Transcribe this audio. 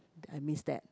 I miss that